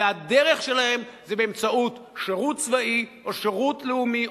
והדרך שלהם זה באמצעות שירות צבאי או שירות לאומי,